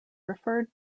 referred